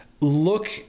look